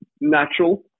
natural